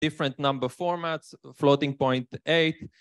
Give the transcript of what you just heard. different number formats, floating point 8